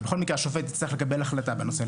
ובכל מקרה השופט יצטרך לקבל החלטה בנושא,